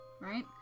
right